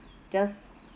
just